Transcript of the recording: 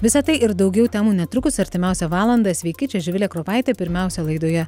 visa tai ir daugiau temų netrukus artimiausią valandą sveiki čia živilė kropaitė pirmiausia laidoje